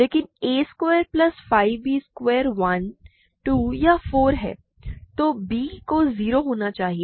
लेकिन a square plus 5 b square 1 2 या 4 है तो b को 0 होना चाहिए